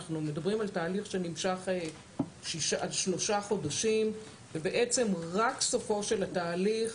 אנחנו מדברים על תהליך שנמשך שלושה חודשים ובעצם רק סופו של התהליך,